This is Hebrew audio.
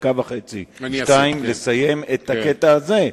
בדקה וחצי או שתיים לסיים את הקטע הזה.